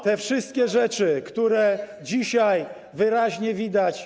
Te wszystkie rzeczy, które dzisiaj wyraźnie widać.